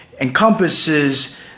encompasses